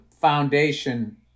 foundation